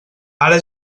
ara